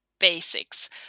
basics